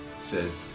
says